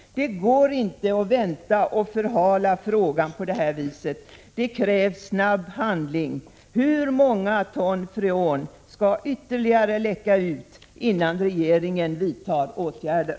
Det går inte att vänta och förhala frågan på det här viset. Det krävs snar handling. Hur många ton freon skall ytterligare läcka ut, innan regeringen vidtar åtgärder?